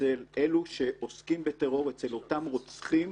אצל אלו שעוסקים בטרור, אצל אותם רוצחים,